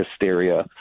hysteria